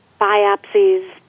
biopsies